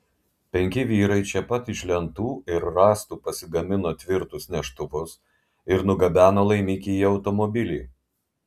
penki vyrai čia pat iš lentų ir rąstų pasigamino tvirtus neštuvus ir nugabeno laimikį į automobilį